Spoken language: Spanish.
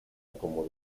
como